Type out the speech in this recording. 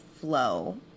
flow